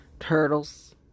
Turtles